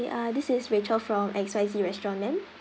uh this is rachel from X Y Z restaurant ma'am